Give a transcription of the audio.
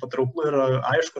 patrauklu ir aišku